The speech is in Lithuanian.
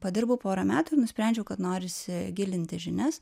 padirbau porą metų ir nusprendžiau kad norisi gilinti žinias